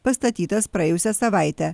pastatytas praėjusią savaitę